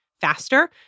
faster